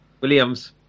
Williams